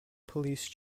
police